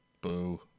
Boo